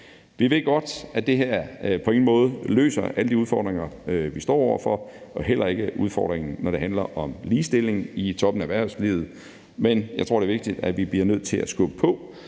Vi ved godt, at det her på ingen måde løser alle de udfordringer, vi står over for, og heller ikke udfordringen, når det handler om ligestilling i toppen af erhvervslivet. Men jeg tror, det er vigtigt, at vi bliver nødt til at skubbe på